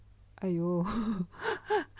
!aiyo!